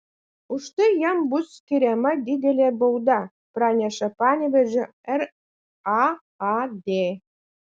už tai jam bus skiriama didelė bauda praneša panevėžio raad